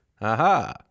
aha